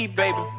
baby